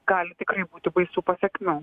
gali tikrai būti baisu pasekmių